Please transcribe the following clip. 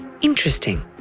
interesting